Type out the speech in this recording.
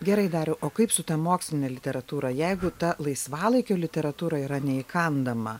gerai dariau o kaip su ta moksline literatūra jeigu ta laisvalaikio literatūra yra neįkandama